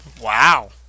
wow